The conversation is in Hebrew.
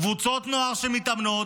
קבוצות נוער שמתאמנות,